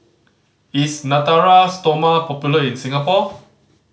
is Natura Stoma popular in Singapore